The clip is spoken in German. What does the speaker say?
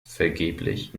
vergeblich